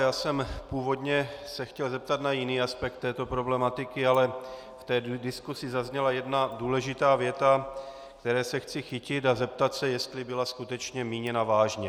Já jsem se původně chtěl zeptat na jiný aspekt této problematiky, ale v diskusi zazněla jedna důležitá věta, které se chci chytit, a zeptat se, jestli byla skutečně míněna vážně.